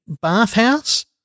bathhouse